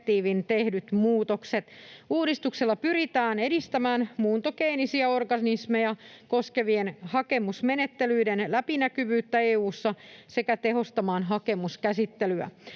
tehdyt muutokset. Uudistuksilla pyritään edistämään muuntogeenisiä organismeja koskevien hakemusmenettelyiden läpinäkyvyyttä EU:ssa sekä tehostamaan hakemuskäsittelyä.